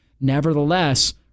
Nevertheless